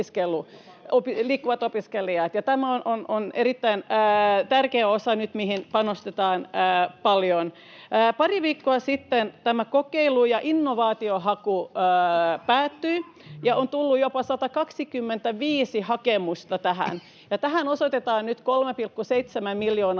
Tämä on nyt erittäin tärkeä osa, mihin panostetaan paljon. Pari viikkoa sitten tämä kokeilu‑ ja innovaatiohaku päättyi, ja tähän on tullut jopa 125 hakemusta. Tähän osoitetaan nyt 3,7 miljoonaa